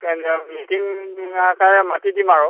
মাতি দিম আৰু